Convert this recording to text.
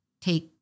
take